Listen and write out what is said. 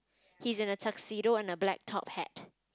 he's in a tuxedo and a black top hat